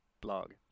blog